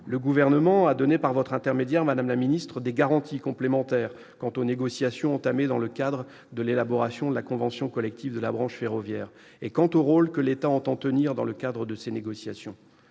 Le Gouvernement a donné par votre intermédiaire, madame la ministre, des garanties complémentaires quant aux négociations entamées dans le cadre de l'élaboration de la convention collective de la branche ferroviaire et quant au rôle que l'État entend tenir dans ces négociations.